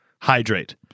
hydrate